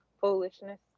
Foolishness